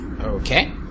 Okay